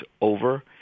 over